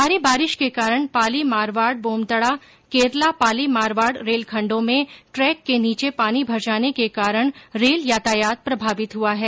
भारी बारिश के कारण पाली मारवाड़ बोमदड़ा केरला पाली मारवाड़ रेलखण्डों में ट्रेक के नीचे पानी भर जाने के कारण रेल यातायात प्रभावित हुआ है